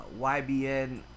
YBN